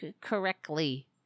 correctly